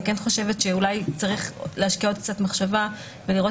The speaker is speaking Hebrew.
אני כן חושבת שאולי צריך להשקיע עוד מחשבה ולראות